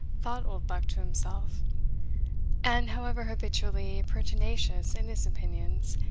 thought oldbuck to himself and, however habitually pertinacious in his opinions,